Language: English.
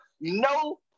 no